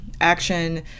action